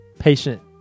patient